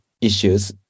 issues